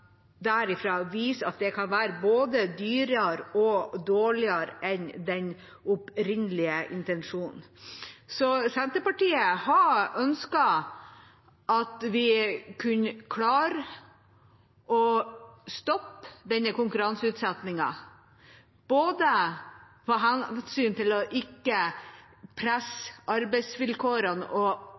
viser at det kan være både dyrere og dårligere enn det som var den opprinnelige intensjonen. Senterpartiet hadde ønsket at vi kunne klare å stoppe denne konkurranseutsettingen – både av hensyn til ikke å presse arbeidsvilkårene og